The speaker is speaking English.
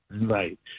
Right